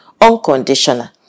Unconditional